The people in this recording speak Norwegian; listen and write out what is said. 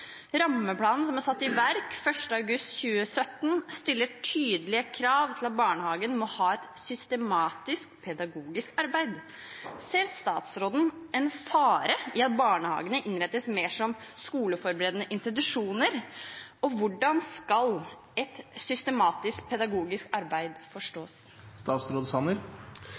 Rammeplanen som er satt i verk 1. august 2017, stiller tydeligere krav til at barnehagene må ha et systematisk pedagogisk arbeid. Ser statsråden en fare i at barnehagene innrettes mer som skoleforberedende institusjoner, og hvordan skal «et systematisk pedagogisk arbeid»